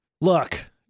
Look